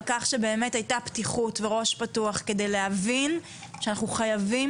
כך שבאמת הייתה פתיחות וראש פתוח על מנת להבין שאנחנו חייבים